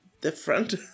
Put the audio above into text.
different